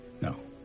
No